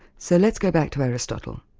so let's go back to aristotle,